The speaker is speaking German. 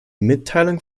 mitteilung